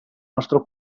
nostro